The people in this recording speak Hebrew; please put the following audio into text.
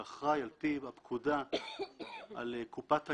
שאחראי על פי הפקודה על קופת העירייה,